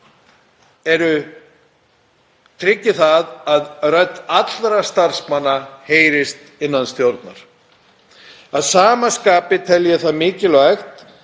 þeir tryggi að rödd allra starfsmanna heyrist innan stjórnar. Að sama skapi tel ég mikilvægt